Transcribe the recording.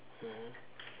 mmhmm